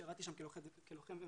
שירתי שם כלוחם ומפקד.